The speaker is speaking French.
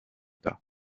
tas